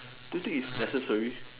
do you think it's necessary